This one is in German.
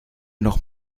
noch